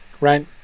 Right